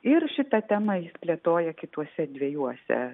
ir šitą temą jis plėtoja kituose dviejuose